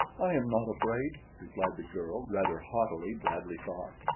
i am not afraid, replied the girl, rather haughtily bradley thought,